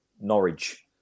Norwich